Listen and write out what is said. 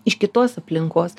iš kitos aplinkos